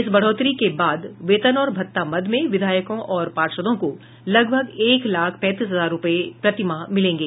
इस बढ़ोतरी के बाद वेतन और भत्ता मद में विधायकों और पार्षदों को लगभग एक लाख पैंतीस हजार रूपये प्रति माह मिलेंगे